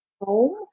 home